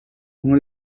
uno